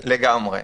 לגמרי.